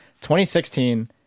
2016